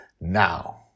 now